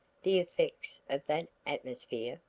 the effects of that atmosphere?